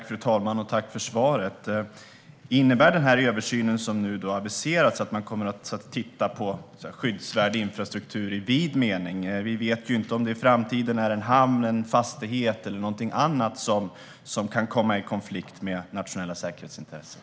Fru talman! Tack för svaret, försvarsministern! Innebär den här översynen som nu aviseras att man kommer att titta på skyddsvärd infrastruktur i vid mening? Vi vet inte om det i framtiden är en hamn, en fastighet eller någonting annat som kan komma i konflikt med nationella säkerhetsintressen.